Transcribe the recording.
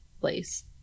place